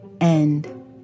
end